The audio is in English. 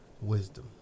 wisdom